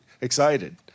excited